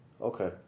Okay